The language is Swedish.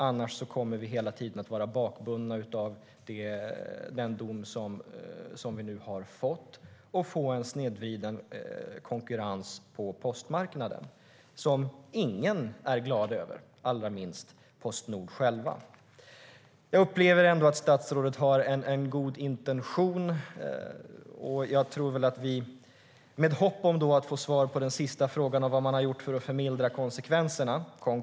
Annars kommer vi hela tiden att vara bakbundna av domen och få en snedvriden konkurrens på postmarknaden, som ingen är glad över - allra minst Postnord. Jag upplever ändå att statsrådet har en god intention. Jag har ett hopp om att få svar på den sista frågan om vad som har gjorts konkret för att mildra konsekvenserna.